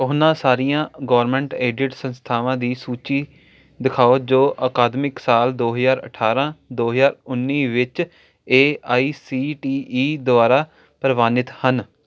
ਉਹਨਾਂ ਸਾਰੀਆਂ government aided ਸੰਸਥਾਵਾਂ ਦੀ ਸੂਚੀ ਦਿਖਾਓ ਜੋ ਅਕਾਦਮਿਕ ਸਾਲ ਦੋ ਹਜ਼ਾਰ ਅਠਾਰਾਂ ਦੋ ਹਜ਼ਾਰ ਉੱਨੀ ਵਿੱਚ A I C T E ਦੁਆਰਾ ਪ੍ਰਵਾਨਿਤ ਹਨ